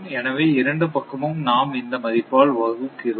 எனவே இரண்டு பக்கமும் நாம் இந்த மதிப்பால் வகுக்கிரோம்